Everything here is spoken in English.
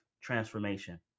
transformation